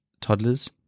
toddlers